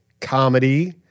comedy